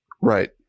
Right